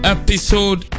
episode